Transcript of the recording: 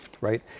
right